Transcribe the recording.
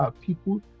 people